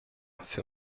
für